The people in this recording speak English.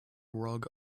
rug